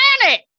planet